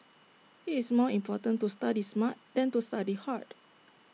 IT is more important to study smart than to study hard